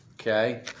okay